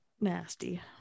Nasty